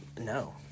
No